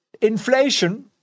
inflation